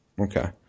Okay